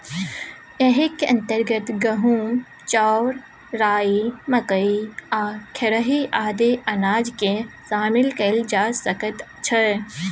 एहिक अंतर्गत गहूम, चाउर, राई, मकई आ खेरही आदि अनाजकेँ शामिल कएल जा सकैत छै